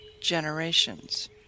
generations